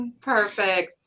perfect